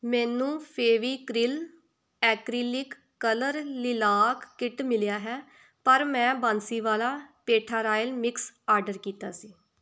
ਮੈਨੂੰ Fevicryl acrylic colour lilac kit ਮਿਲਿਆ ਹੈ ਪਰ ਮੈਂ Bansiwala petha royal mix order ਕੀਤਾ ਸੀ